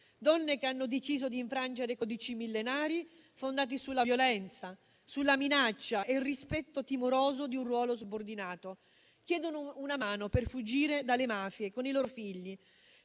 donne che hanno deciso di infrangere codici millenari fondati sulla violenza, sulla minaccia e sul rispetto timoroso di un ruolo subordinato. Chiedono una mano per fuggire dalle mafie con i loro figli.